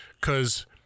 because-